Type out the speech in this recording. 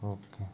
okay